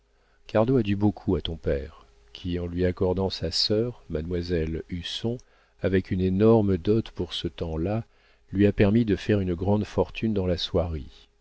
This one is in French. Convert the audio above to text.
a dû beaucoup à ton père qui en lui accordant sa sœur mademoiselle husson avec une énorme dot pour ce temps-là lui a permis de faire une grande fortune dans la soierie